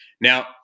Now